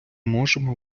можемо